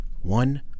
one